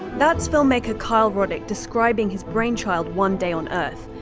that's filmmaker kyle ruddick describing his brainchild, one day on earth.